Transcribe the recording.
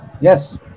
Yes